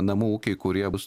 namų ūkiai kurie bus